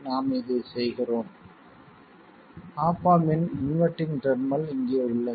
நாம் இதைச் செய்கிறோம் op amp in inverting terminal இங்கே உள்ளது